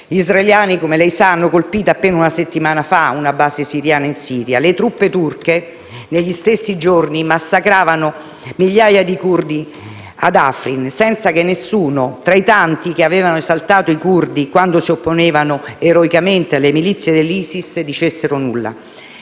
gli israeliani, come lei sa, hanno colpito appena una settimana fa una base siriana in Siria e le truppe turche, negli stessi giorni massacravano migliaia di curdi ad Afrin, senza che nessuno tra i tanti che avevano esaltato i curdi quando si opponevano eroicamente alle milizie dell'ISIS, dicessero nulla.